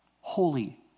Holy